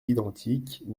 identique